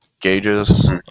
gauges